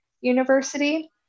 University